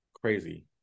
crazy